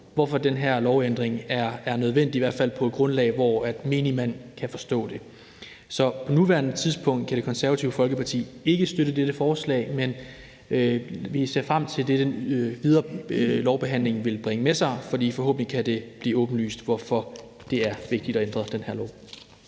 hvorfor den her lovændring er nødvendig, i hvert fald på et grundlag, hvor menigmand kan forstå det. Så på nuværende tidspunkt kan Det Konservative Folkeparti ikke støtte dette forslag, men vi ser frem til det, den videre lovbehandling vil bringe med sig, for forhåbentlig kan det blive åbenlyst, hvorfor det er vigtigt at ændre den her lov.